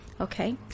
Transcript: okay